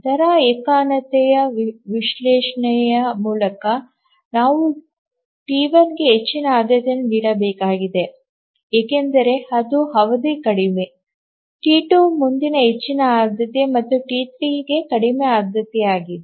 ದರ ಏಕತಾನತೆಯ ವಿಶ್ಲೇಷಣೆಯ ಮೂಲಕ ನಾವು ಟಿ1 ಗೆ ಹೆಚ್ಚಿನ ಆದ್ಯತೆಯನ್ನು ನೀಡಬೇಕಾಗಿದೆ ಏಕೆಂದರೆ ಅದು ಅವಧಿ ಕಡಿಮೆ ಟಿ2 ಮುಂದಿನ ಹೆಚ್ಚಿನ ಆದ್ಯತೆ ಮತ್ತು ಟಿ3 ಗೆ ಕಡಿಮೆ ಆದ್ಯತೆಯಾಗಿದೆ